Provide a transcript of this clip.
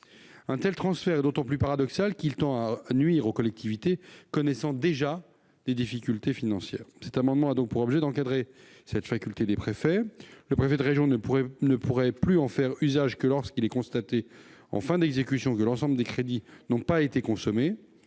Un tel transfert est d'autant plus paradoxal qu'il tend à nuire aux collectivités connaissant déjà des difficultés financières. Cet amendement a donc pour objet d'encadrer cette faculté. Le préfet de région ne pourrait en faire usage que lorsqu'il est constaté, en fin d'exécution, que l'ensemble des crédits n'ont pas été consommés.